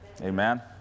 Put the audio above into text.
Amen